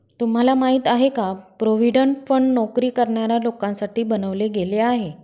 तुम्हाला माहिती आहे का? प्रॉव्हिडंट फंड नोकरी करणाऱ्या लोकांसाठी बनवले गेले आहे